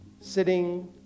sitting